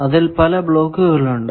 അതിൽ പല ബ്ലോക്കുകൾ ഉണ്ട്